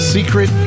Secret